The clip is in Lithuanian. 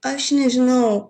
aš nežinau